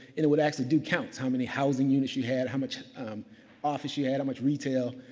it would actually do counts how many housing units you had, how much office you had, how much retail,